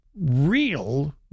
real